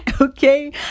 Okay